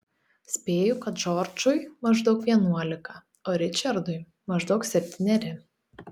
spėju kad džordžui maždaug vienuolika o ričardui maždaug septyneri